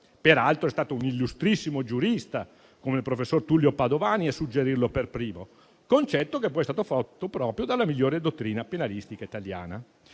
Peraltro, è stato un illustrissimo giurista come il professor Tullio Padovani a suggerirlo per primo. Tale concetto è poi stato fatto proprio dalla migliore dottrina penalistica italiana.